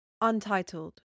Untitled